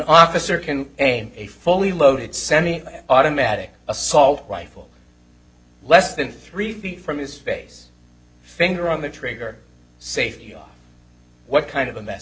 officer can aim a fully loaded semi automatic assault rifle less than three feet from his face finger on the trigger safety are what kind of a m